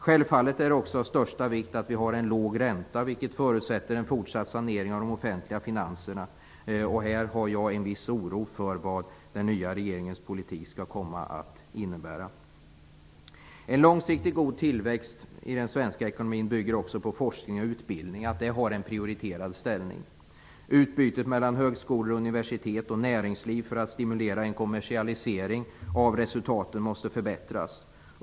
Självfallet är det också av största vikt att vi har en låg ränta, vilket förutsätter en fortsatt sanering av de offentliga finanserna. Jag känner en viss oro för vad den nya regeringens politik skall komma att innebära. En långsiktigt god tillväxt i den svenska ekonomin bygger också på att forskning och utbildning har en prioriterad ställning. Utbytet mellan högskolor, universitet och näringsliv för att stimulera en kommersialisering av resultaten måste förbättras.